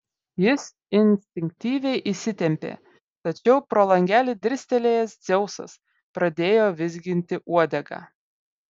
jis instinktyviai įsitempė tačiau pro langelį dirstelėjęs dzeusas pradėjo vizginti uodegą